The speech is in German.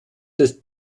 des